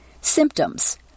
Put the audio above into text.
Symptoms